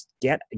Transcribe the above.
get